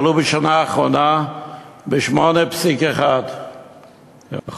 עלו בשנה האחרונה ב-8.1% לפי הלמ"ס,